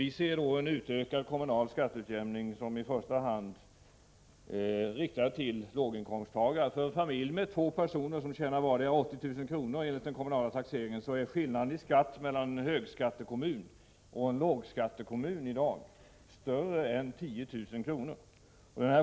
Vi betraktar en utökad kommunal skatteutjämning som någonting som i första hand berör låginkomsttagare. När det gäller en familj på två personer, där vardera tjänar 80 000 kr., är enligt den kommunala taxeringen skillnaden i skatt i en högskattekommun och i en lågskattekommun i dag större än 10 000 kr.